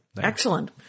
Excellent